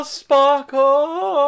sparkle